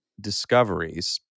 discoveries